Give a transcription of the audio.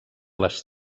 les